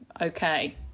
okay